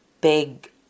big